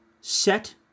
Set